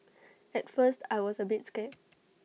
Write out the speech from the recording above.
at first I was A bit scared